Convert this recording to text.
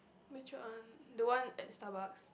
which one the one at Starbucks